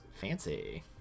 Fancy